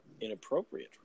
inappropriate